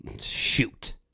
Shoot